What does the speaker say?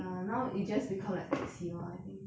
ya now it just become like taxi lor I think